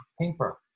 paper